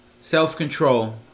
self-control